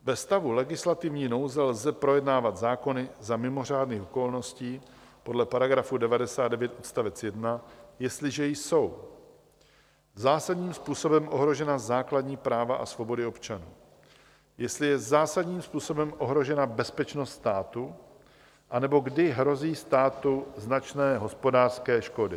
Ve stavu legislativní nouze lze projednávat zákony za mimořádných okolností podle § 99 odst. 1, jestliže jsou zásadním způsobem ohrožena základní práva a svobody občanů, jestli je zásadním způsobem ohrožena bezpečnost státu, anebo kdy hrozí státu značné hospodářské škody.